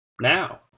Now